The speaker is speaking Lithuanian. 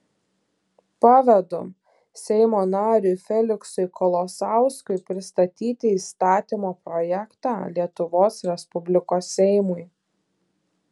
pavedu seimo nariui feliksui kolosauskui pristatyti įstatymo projektą lietuvos respublikos seimui